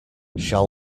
shall